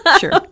Sure